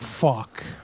fuck